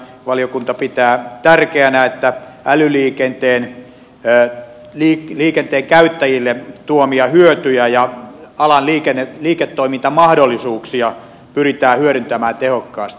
valiokunta pitää tärkeänä että älyliikenteen käyttäjille tuomia hyötyjä ja alan liiketoimintamahdollisuuksia pyritään hyödyntämään tehokkaasti